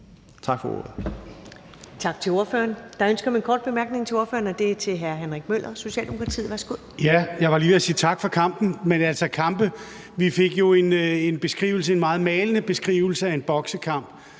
Tak til ordføreren. Der er ønske om en kort bemærkning til ordføreren, og den er fra hr. Henrik Møller, Socialdemokratiet. Værsgo. Kl. 21:50 Henrik Møller (S): Jeg var lige ved at sige tak for kampen; vi fik jo en meget malende beskrivelse af en boksekamp.